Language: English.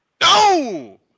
No